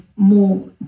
more